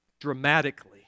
dramatically